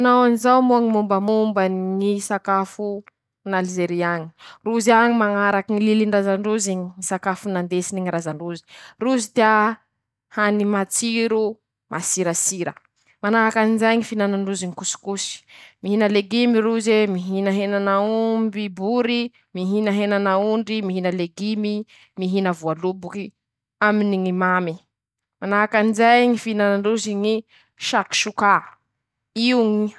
Manao an'izao moa Ñy mombamomba ñy sakafo an'Alizery añy: Rozy añy mañaraky ñy lilindraza ndrozy ñy sakafo nandesiny ñy raza ndrozy, rozy tea hany matsiro masirasira, manahakanjay ñy fihinanandrozy ñy kosikosy, mihina legimy roze, mihina henan'aomby bory, mihina henan'aondry, mihina legimy, mihina voaloboky aminy ñy mamy, manahakanjay ñy fihinanandrozy ñy, sakisokà io.